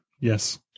Yes